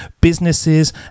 businesses